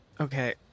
Okay